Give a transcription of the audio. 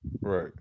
right